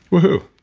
woohoo